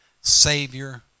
Savior